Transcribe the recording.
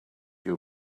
you